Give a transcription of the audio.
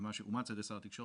ומה שהומלץ גם לשר התקשורת,